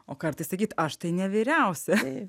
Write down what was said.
o kartais sakyt aš tai ne vyriausia